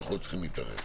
אנחנו לא צריכים להתערב.